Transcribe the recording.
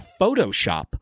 Photoshop